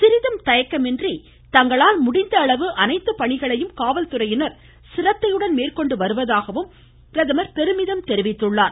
சிறிதும் தயக்கம் இன்றி தங்களால் முடிந்த அளவு அனைத்து பணிகளையும் காவல்துறையினர் சிரத்தையுடன் மேற்கொண்டு வருவதாக பிரதமர் பெருமிதம் தெரிவித்தார்